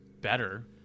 better